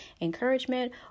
encouragement